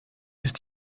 ist